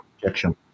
projection